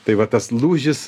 tai va tas lūžis